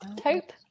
Taupe